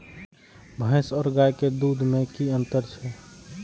भैस और गाय के दूध में कि अंतर छै?